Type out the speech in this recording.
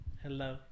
Hello